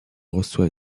reçoit